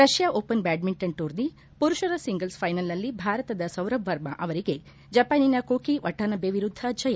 Russia open badminton tourney ಮರುಷರ singles ಫೈನಲ್ನಲ್ಲಿ ಭಾರತದ ಸೌರಭ್ ವರ್ಮಾ ಅವರಿಗೆ ಜಪಾನಿನ ಕೋಕಿ ವಟಾನಬೆ ವಿರುದ್ದ ಜಯ